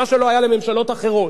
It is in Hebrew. מה שלא היה לממשלות אחרות.